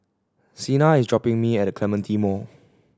Cena is dropping me at The Clementi Mall